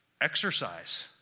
exercise